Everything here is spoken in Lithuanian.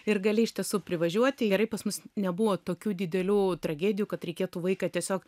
ir gali iš tiesų privažiuoti gerai pas mus nebuvo tokių didelių tragedijų kad reikėtų vaiką tiesiog